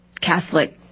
Catholic